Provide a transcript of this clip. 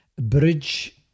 Bridge